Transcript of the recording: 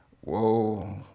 Whoa